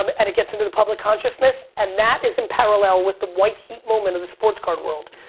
um and it gets into the public consciousness and that is in parallel with the white heat moment of the sports card world,